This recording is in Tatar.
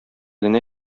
генә